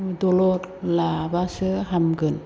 दलद लाब्लासो हामगोन